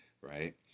right